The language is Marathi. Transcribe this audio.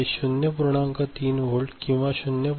3 व्होल्ट किंवा 0